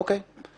אוקיי.